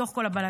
בתוך כל הבלגן,